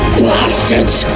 bastards